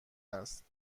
است